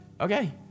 Okay